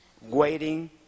waiting